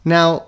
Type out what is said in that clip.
Now